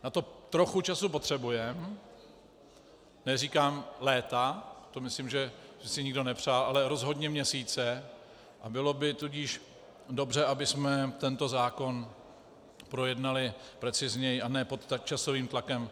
Na to trochu času potřebujeme, neříkám léta, to myslím, že by si nikdo nepřál, ale rozhodně měsíce, a bylo by tudíž dobře, abychom tento zákon projednali precizněji, a ne pod časovým tlakem.